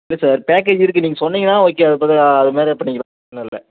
இல்லை sir package இருக்குது நீங்கள் சொன்னீங்கன்னா ஓகே அதுபோல் அதுமாரியே பண்ணிக்கலாம் ஒன்னுமில்ல